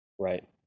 right